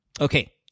Okay